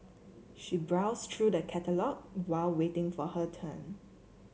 she browsed through the catalogue while waiting for her turn